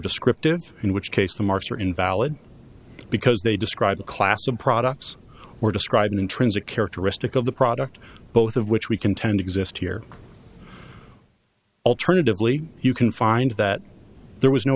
descriptives in which case the marks are invalid because they describe a class of products or describe an intrinsic characteristic of the product both of which we contend exist here alternatively you can find that there was no